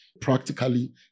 practically